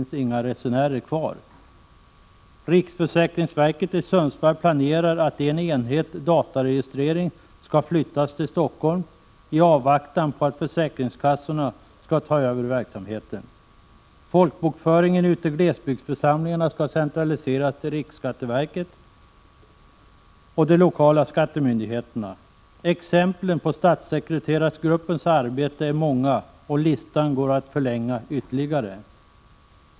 Riksförsäkringsverket i Sundsvall planerar att en enhet, dataregistrering, skall flyttas till Stockholm i avvaktan på att försäkringskassorna skall ta över verksamheten. Folkbokföringen ute i glesbygdsförsamlingarna skall centraliseras till riksskatteverket och de lokala skattemyndigheterna. Exemplen från statssekreterargruppens arbete är många, och listan går att förlänga ytterligare.